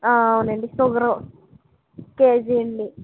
అవునండి sugar KG అండి